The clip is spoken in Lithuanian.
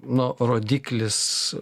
nu rodiklis